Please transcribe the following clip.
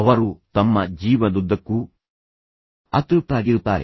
ಅವರು ತಮ್ಮ ಜೀವನದುದ್ದಕ್ಕೂ ಅತೃಪ್ತರಾಗಿರುತ್ತಾರೆ